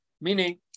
Meaning